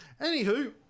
Anywho